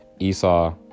Esau